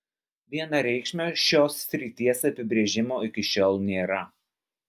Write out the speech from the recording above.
vienareikšmio šios srities apibrėžimo iki šiol nėra